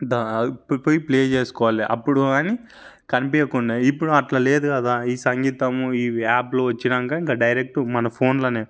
పోయి ప్లే చేసుకోవాలి అప్పుడు కానీ కనిపించకుండే ఇప్పుడు అట్ల లేదు కదా ఈ సంగీతము ఈ యాప్లు వచ్చినాక ఇంక డైరెక్ట్ మన ఫోన్లనే